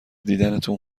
دیدنتون